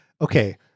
okay